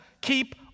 keep